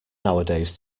nowadays